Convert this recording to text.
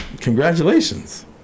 congratulations